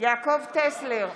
יעקב טסלר,